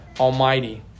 Almighty